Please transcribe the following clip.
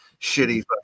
shitty